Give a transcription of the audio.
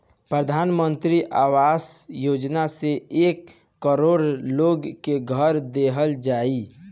प्रधान मंत्री आवास योजना से एक करोड़ लोग के घर देहल जाई